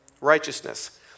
righteousness